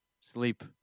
sleep